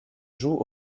joue